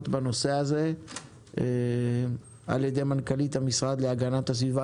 בנושא הזה נשמע ממנכ"לית המשרד להגנת הסביבה,